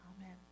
Amen